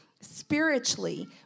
spiritually